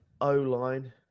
O-line